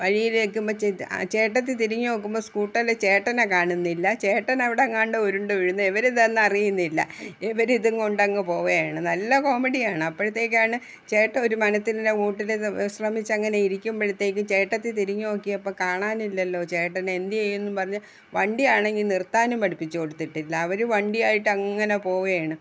വഴിയിലേക്കും വെച്ച് ചേട്ടത്തി തിരിഞ്ഞു നോക്കുമ്പോൾ സ്കൂട്ടറിൽ ചേട്ടനെ കാണുന്നില്ല ചേട്ടൻ അവിടെയെങ്ങാണ്ട് ഉരുണ്ടു വീഴുന്നു ഇവരിതൊന്നും അറിയുന്നില്ല ഇവരിതും കൊണ്ടങ്ങ് പോകുകയാണ് നല്ല കോമഡിയാണ് അപ്പോഴത്തേക്കാണ് ചേട്ടൻ ഒരു മരത്തിൻ്റെ മൂട്ടിലിരുന്നു വിശ്രമിച്ചങ്ങനെ ഇരിക്കുമ്പോഴത്തേക്കും ചേട്ടത്തി തിരിഞ്ഞു നോക്കിയപ്പോൾ കാണാനില്ലല്ലോ ചേട്ടനെ എന്തു ചെയ്യും പറഞ്ഞു വണ്ടി ആണെങ്കിൽ നിർത്താനും പഠിപ്പിച്ചുകൊടുത്തിട്ടില്ല അവർ വണ്ടിയായിട്ട് അങ്ങനെ പോകുകയാണ്